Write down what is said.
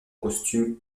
costumes